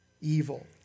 evil